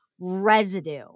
residue